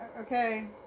okay